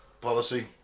policy